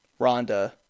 Rhonda